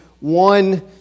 one